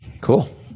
Cool